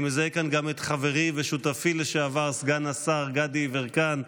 אני מזהה כאן גם את חברי ושותפי לשעבר סגן השר גדי יברקן,